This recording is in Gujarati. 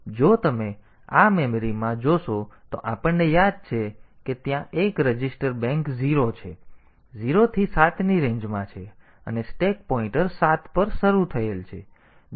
તેથી જો તમે આ મેમરીમાં જોશો તો આપણને યાદ છે કે ત્યાં એક રજિસ્ટર બેંક 0 છે જે 0 થી 7 ની રેન્જમાં છે અને સ્ટેક પોઈન્ટર 7 પર શરૂ થયેલ છે